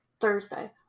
Thursday